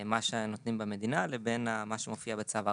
מה שנותנים במדינה לבין מה שמופיע בצו ההרחבה.